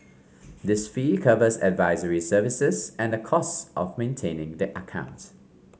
this fee covers advisory services and the costs of maintaining the account